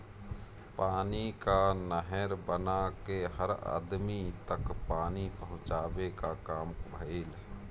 पानी कअ नहर बना के हर अदमी तक पानी पहुंचावे कअ काम भइल